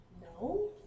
No